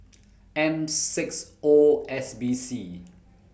M six O S B C